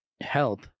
help